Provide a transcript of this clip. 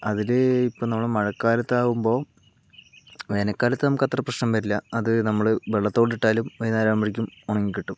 അതിൽ ഇപ്പോൾ നമ്മൾ മഴക്കാലത്ത് ആകുമ്പോൾ വേനൽക്കാലത്ത് നമുക്ക് അത്ര പ്രശ്നം വരില്ല അത് നമ്മള് വെള്ളത്തോട് ഇട്ടാലും വൈകുന്നേരം ആകുമ്പോഴേക്കും ഉണങ്ങി കിട്ടും